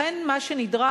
לכן מה שנדרש,